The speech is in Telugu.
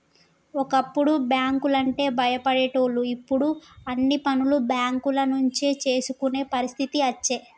ఒకప్పుడు బ్యాంకు లంటే భయపడేటోళ్లు ఇప్పుడు అన్ని పనులు బేంకుల నుంచే చేసుకునే పరిస్థితి అచ్చే